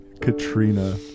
Katrina